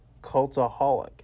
Cultaholic